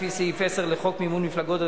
לפי סעיף 10 לחוק מימון מפלגות,